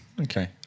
Okay